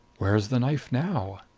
where is the knife now?